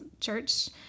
church